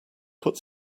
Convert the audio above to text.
put